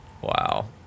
Wow